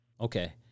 Okay